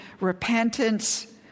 repentance